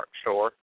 store